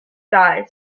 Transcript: guy